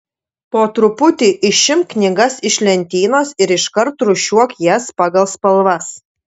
po truputį išimk knygas iš lentynos ir iškart rūšiuok jas pagal spalvas